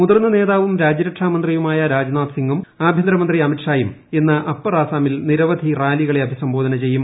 മുതിർന്ന നേതാവും രാജ്യരക്ഷ മന്ത്രിയുമായ രാജ്നാഥ് സിംഗും ആഭ്യന്തരമന്ത്രി അമിത് ഷായും ഇന്ന് അപ്പർ ആസാമിൽ നിരവധി റാലികളെ അഭിസംബോധന ചെയ്യും